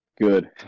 Good